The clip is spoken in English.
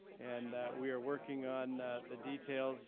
and we are working on the details